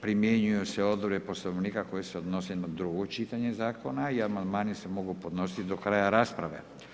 Znači primjenjuju se odredbe Poslovnika koje se odnose na drugo čitanje zakona i amandmani se mogu podnositi do kraja rasprave.